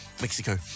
Mexico